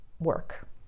work